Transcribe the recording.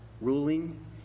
ruling